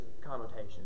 connotation